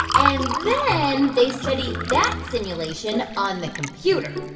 and then they studied that simulation on the computer ah.